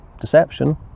deception